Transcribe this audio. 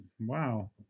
wow